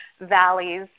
valleys